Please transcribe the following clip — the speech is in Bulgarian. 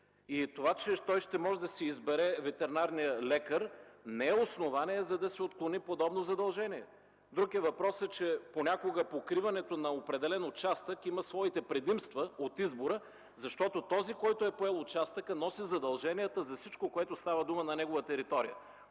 Това че ще може да се избере ветеринарният лекар не е основание да се отклони подобно задължение. Друг е въпросът, че понякога покриването на определен участък има своите предимства от избора. Този, който е поел участъка носи задължението за всичко, за което става дума на неговата територия.